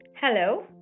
Hello